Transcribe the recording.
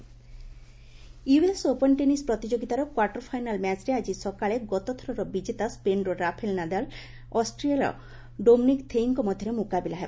US Open US Open tennis ପ୍ରତିଯୋଗିତାର quarter final ମ୍ୟାଚ୍ରେ ଆଜି ସକାଳେ ଗତଥରର ବିଜେତା ସ୍କେନ୍ର ରାଫେଲ୍ ନାଦାଲ୍ ଅଷ୍ଟ୍ରିଆର ଡୋମିନିକ୍ ଥେଇଙ୍କ ମଧ୍ୟରେ ମୁକାବିଲା ହେବ